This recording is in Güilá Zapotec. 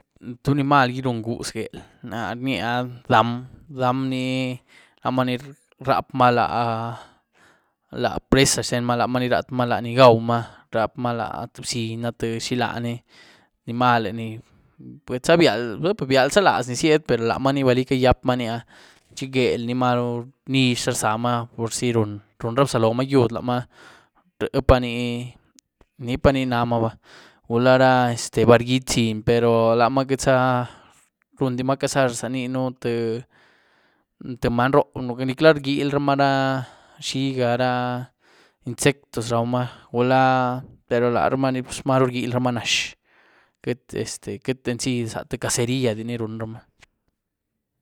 Tú nimalhgí run güez gelh? Náh ryía ah dam ní lamaní rapmaa la presa xtenmaa, lamaní rapmaa ni gaumaa, la tïé bziny, tïé xilaní nimalhé bialzalaz ni zied per lamaa ni bili cayapmanía chi güel ni marú nizh za rzamaa purzi run ra blazomaa yud lamaa. Rïepa ní, nipaní namaba, gula ra badrgyied bziny pero lamaa queitza rundima cazar zanino tïé tïé many ró nicla rgyielramaa xiga rah insectos raumaa, gulaa perlaramaa marú rgyielramaa ra nazh queity queity enzi tïé cazeria ni runramaa.